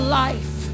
life